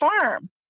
farm